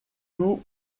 tout